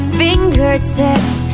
fingertips